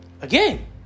again